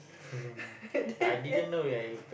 then e~